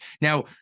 Now